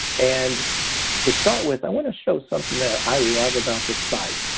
and to start with, i want to show something that i love about this site.